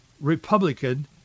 Republican